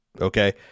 Okay